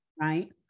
Right